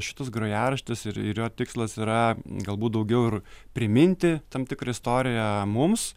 šitas grojaraštis ir ir jo tikslas yra galbūt daugiau ir priminti tam tikrą istoriją mums